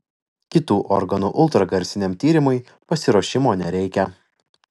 kitų organų ultragarsiniam tyrimui pasiruošimo nereikia